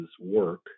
work